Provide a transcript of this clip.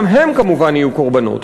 גם הם כמובן יהיו קורבנות.